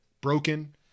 broken